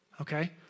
okay